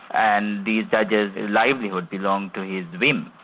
and these judges' livelihoods belonged to his whim.